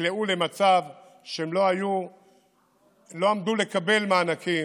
נקלעו למצב שהם לא עמדו לקבל מענקים,